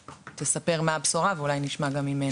תספר מה הבשורה ואולי נשמע גם ממנה.